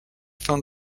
fin